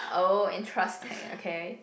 oh interesting okay